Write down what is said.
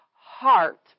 heart